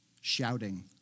shouting